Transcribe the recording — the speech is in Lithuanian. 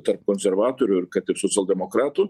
tarp konservatorių ir kad ir socialdemokratų